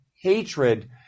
hatred